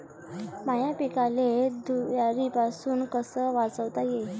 माह्या पिकाले धुयारीपासुन कस वाचवता येईन?